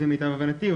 לפי מיטב הבנתי,